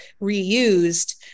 reused